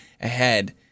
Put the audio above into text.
ahead